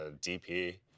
DP